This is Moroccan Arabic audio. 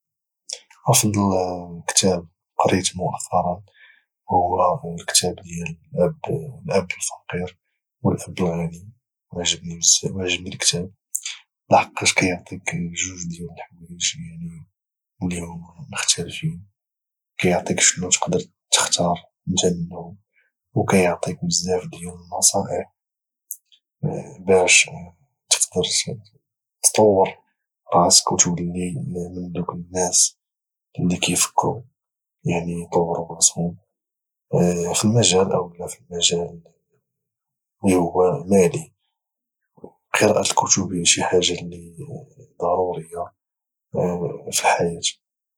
افضل كتاب قريت مؤخرا هو الكتاب ديال الاب الفقير والاب الغني وعجبني الكتاب لحقاش كيعطيك جوج ديال الحوايج يعني اللي هما مختلفين كيعطيك شنو تقدر تختار انت منهم اوكييعطيك بزاف ديال النصائح باش تقدر تطور راسك وتولي من ذوك الناس اللي كيفكروا يعني يطوروا راسهم في المجال اولا في المجال اللي هو مالي وقراءة الكتب شي حاجة اللي ضرورية في الحياة